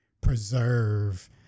preserve